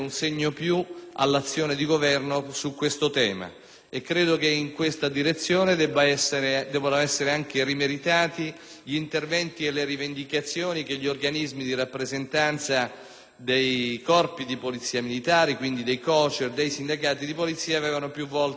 credo che in questa direzione debbano essere anche rimeditati gli interventi e le rivendicazioni che gli organismi di rappresentanza dei corpi di Polizia militare (i COCER), e i sindacati di Polizia avevano più volte indirizzato all'azione di Governo e alla politica.